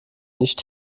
nicht